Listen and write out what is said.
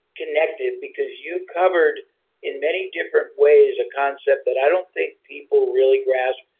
connected because you covered in many different ways a concept that i don't think people really grasp.